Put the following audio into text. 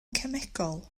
cemegol